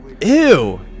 Ew